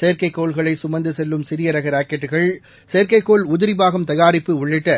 செயற்கைக்கோள்களை சுமந்து செல்லும் சிறிய ரக ராக்கெட்டுகள் செயற்கைக்கோள் உதிரி பாகம் தயாரிப்பு உள்ளிட்ட